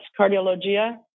Cardiologia